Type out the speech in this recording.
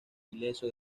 ileso